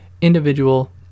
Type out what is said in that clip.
individual